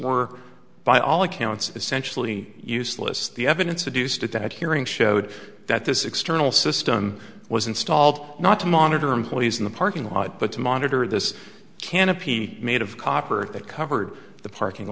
were by all accounts essentially useless the evidence a deuced at that hearing showed that this external system was installed not to monitor employees in the parking lot but to monitor this canopy made of copper that covered the parking